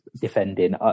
defending